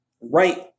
right